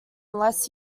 unless